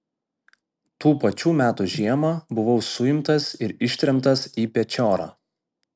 tų pačių metų žiemą buvau suimtas ir ištremtas į pečiorą